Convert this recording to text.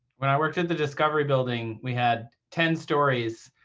when i worked at the discovery building, we had ten stories.